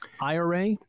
IRA